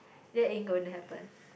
that ain't gonna happen